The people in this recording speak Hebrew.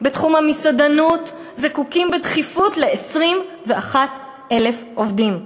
בתחום המסעדנות זקוקים בדחיפות ל-21,000 עובדים,